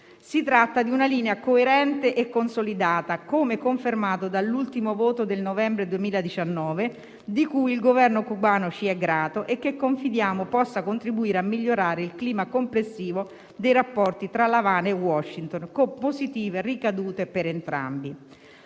Si tratta di una linea coerente e consolidata, come confermato dall'ultimo voto del novembre 2019, di cui il Governo cubano ci è grato e che confidiamo possa contribuire a migliorare il clima complessivo dei rapporti tra L'Avana e Washington, con positive ricadute per entrambi.